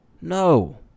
No